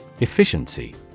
Efficiency